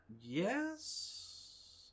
Yes